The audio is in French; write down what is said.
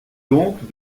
donc